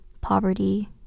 poverty